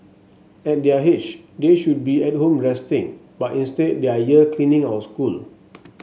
at their age they should be at home resting but instead they are here cleaning our school